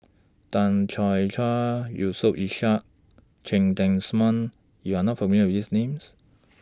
Tan Choo Yusof Ishak Cheng Tsang Man YOU Are not familiar with These Names